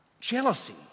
jealousy